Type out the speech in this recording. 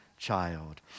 Child